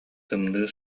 тымныы